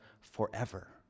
forever